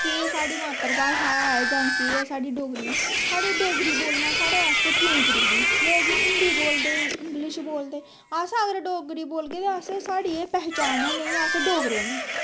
केह् साढ़ी मात्तर भाशा ऐ जां केह् ऐ साढ़ी डोगरी साढ़ी डोगरी बोलना साढ़े आस्तै क्यों जरूरी ऐ लोग हिन्दी बोलदे इंग्लिश बोलदे अस अगर डोगरी बोलगे ते अस साढ़ी एह् पंछान ऐ नेईं अस डोगरे न